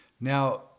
Now